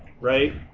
right